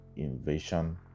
invasion